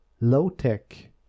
low-tech